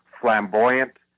flamboyant